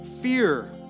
fear